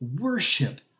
worship